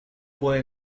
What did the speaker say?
fue